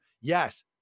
Yes